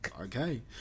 Okay